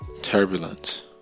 turbulence